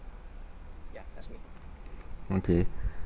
okay